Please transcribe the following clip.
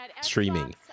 streaming